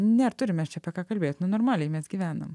sako ne turime apie ką kalbėt nu normaliai mes gyvenam